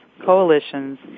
coalitions